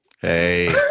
Hey